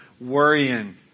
worrying